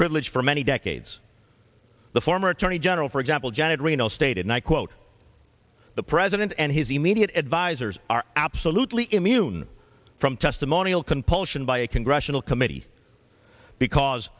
privilege for many decades the former attorney general for example janet reno stated and i quote the president and his immediate advisers are absolutely immune from testimonial compulsion by a congressional committee because